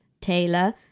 Taylor